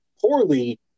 poorly